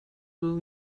will